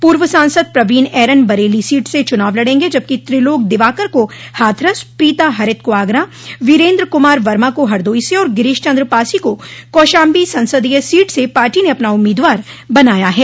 पूर्व सांसद प्रवीन एरन बरेली सीट से चुनाव लड़ेंगे जबकि त्रिलोक दिवाकर का हाथरस प्रीता हरित को आगरा वीरेन्द्र कुमार वर्मा को हरदोई से और गिरीश चन्द्र पासी को कौशाम्बी संसदीय सीट से पार्टी ने अपना उम्मीदवार बनाया है